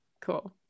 cool